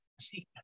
see